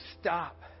stop